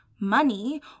money